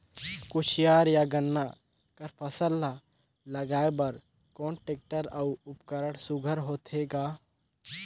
कोशियार या गन्ना कर फसल ल लगाय बर कोन टेक्टर अउ उपकरण सुघ्घर होथे ग?